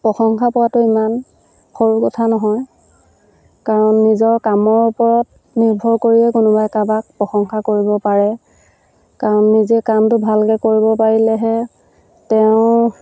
প্ৰশংসা পোৱাটো ইমান সৰু কথা নহয় কাৰণ নিজৰ কামৰ ওপৰত নিৰ্ভৰ কৰিয়ে কোনোবাই কাৰোবাক প্ৰশংসা কৰিব পাৰে কাৰণ নিজে কামটো ভালকৈ কৰিব পাৰিলেহে তেওঁ